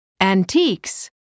Antiques